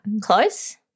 close